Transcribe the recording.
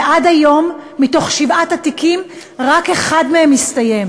ועד היום מתוך שבעת התיקים רק אחד מהם הסתיים.